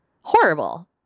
horrible